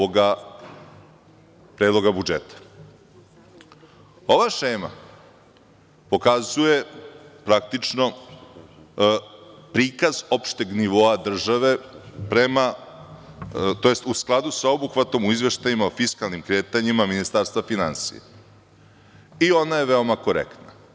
Ova šema pokazuje praktično prikaz opšteg nivoa države prema tj. u skladu sa obuhvatom u izveštajima o fiskalnim kretanjima Ministarstva finansija i ona je veoma korektna.